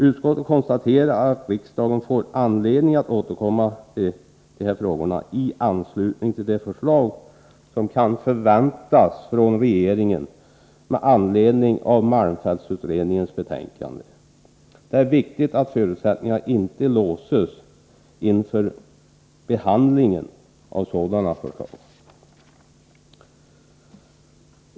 Utskottet konstaterar att riksdagen får anledning att återkomma till dessa frågor i anslutning till de förslag som kan förväntas från regeringen med anledning av malmfältsutredningens betänkande. Det är viktigt att förutsättningarna inte låses inför behandlingen av sådana förslag.